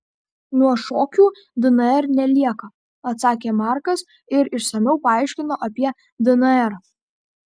nuo šokių dnr nelieka atsakė markas ir išsamiau paaiškino apie dnr